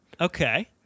Okay